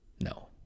no